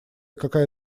какая